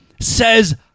says